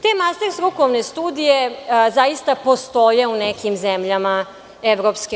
Te maser strukovne studije zaista postoje u nekim zemljama EU.